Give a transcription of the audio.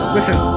Listen